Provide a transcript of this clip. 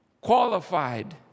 qualified